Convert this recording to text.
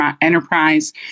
enterprise